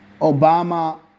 Obama